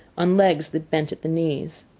on legs that bent at the knees.